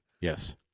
Yes